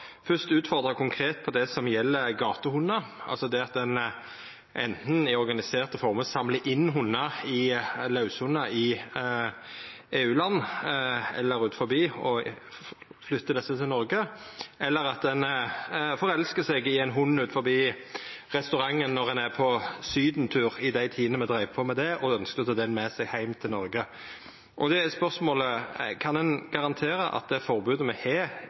utfordra konkret på det som gjeld gatehundar – anten det at ein i organiserte former samlar inn laushundar i eller utanfor EU-land og flytter dei til Noreg, eller at ein forelskar seg i ein hund utanfor restauranten når ein er på sydentur, i dei tidene me dreiv på med det, og ønskjer å ta han med seg heim til Noreg. Spørsmålet er: Kan ein garantera at det